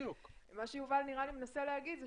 מה שיובל מנסה להגיד זה